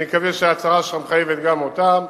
אני מקווה שההצהרה שלך מחייבת גם אותם.